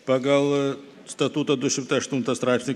pagal statuto du šimtai aštuntą straipsnį